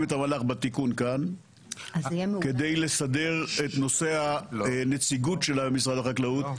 את המהלך בתיקון כאן כדי לסדר את נושא הנציגות של משרד החקלאות.